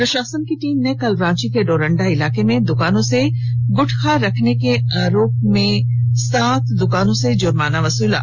प्रशासन की टीम ने कल रांची के डोरंडा इलाके में दुकानों से गुटखा रखने के आरोप में जुर्माना वसूला गया